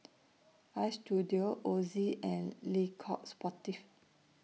Istudio Ozi and Le Coq Sportif